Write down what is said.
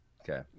Okay